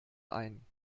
ein